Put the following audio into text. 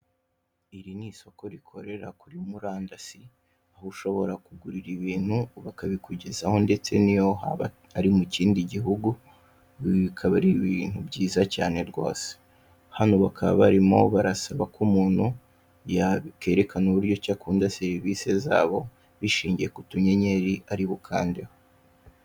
Iri ni isoko rikorera kuri murandasi, aho ushobora kugurira ibintu bakabikugezaho ndetse n'iyo haba ari mu kindi gihugu, ibi bikaba ari ibintu byiza cyane rwose, hano bakaba barimo barasaba ko umuntu yakerekana uburyo cyi akunda serivisi zabo, bishingiye ku tunyenyeri aribo kandeho.